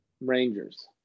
Rangers